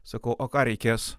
sakau o ką reikės